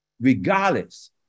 regardless